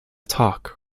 talk